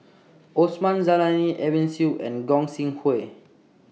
Osman Zailani Edwin Siew and Gog Sing Hooi